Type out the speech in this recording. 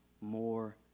more